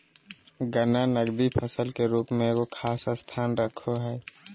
गन्ना नकदी फसल के रूप में एगो खास स्थान रखो हइ